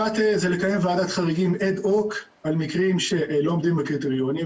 אחת זה לקיים ועדת חריגים אד-הוק על מקרים שלא עומדים בקריטריונים,